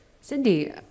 Cindy